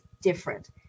different